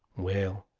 well,